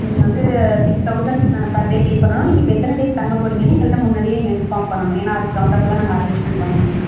நீங்கள் வந்து six thousand per day pay பண்ணணும் இப்போ நீங்கள் எத்தனை டேஸ் தங்கப் போறிங்கனு நீங்கள் முன்னாடியே எங்கள்கிட்ட இன்பார்ம் பண்ணனும் ஏன்னா அதுக்கு தகுந்தாப்பல தான் நாங்கள் அரேஞ்ச்மென்ட் பண்ண முடியும்